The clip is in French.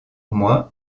moi